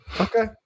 okay